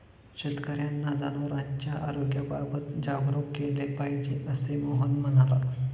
शेतकर्यांना जनावरांच्या आरोग्याबाबत जागरूक केले पाहिजे, असे मोहन म्हणाला